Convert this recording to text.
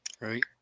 right